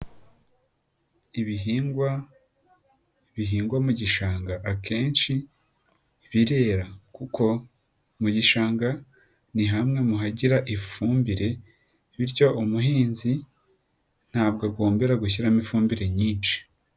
Ibihingwa bihingwamo igishanga, akenshi birera kuko mu gishanga ni hamwe mu hagira ifumbire, bityo umuhinzi ntabwo agombera gushyiramo ifumbire nyinshi.